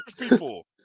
people